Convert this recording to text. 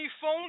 phone